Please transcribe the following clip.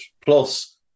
Plus